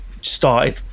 started